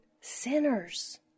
Sinners